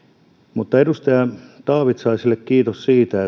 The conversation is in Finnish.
mutta edustaja taavitsaiselle kiitos siitä